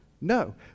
No